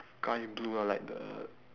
guy in blue ah like the